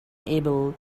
able